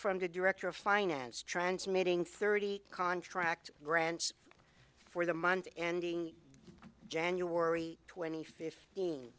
from to director of finance transmitting thirty contract grants for the month ending january twenty fift